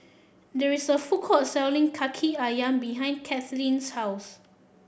there is a food court selling Kaki ayam behind Kathleen's house